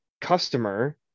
customer